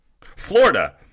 Florida